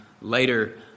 later